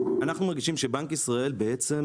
אנחנו מרגישים שבנק ישראל בעצם